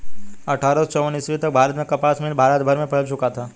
अट्ठारह सौ चौवन ईस्वी तक भारत में कपास मिल भारत भर में फैल चुका था